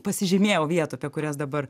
pasižymėjau vietų apie kurias dabar